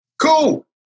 Cool